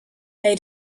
they